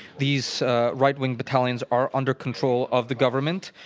these right-wing battalions are under control of the government,